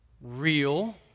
real